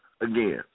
again